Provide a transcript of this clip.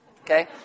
Okay